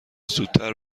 زودتر